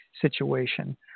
situation